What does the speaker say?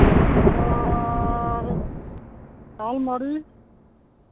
ᱟᱨ ᱟᱞᱢᱟᱨᱤ